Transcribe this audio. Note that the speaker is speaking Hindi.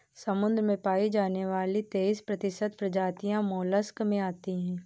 समुद्र में पाई जाने वाली तेइस प्रतिशत प्रजातियां मोलस्क में आती है